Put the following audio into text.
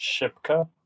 Shipka